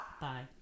Bye